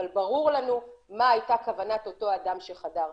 אבל ברור לנו מה הייתה כוונת אותו אדם שחדר.